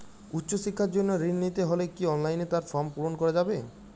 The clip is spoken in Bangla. উচ্চশিক্ষার জন্য ঋণ নিতে হলে কি অনলাইনে তার ফর্ম পূরণ করা যাবে?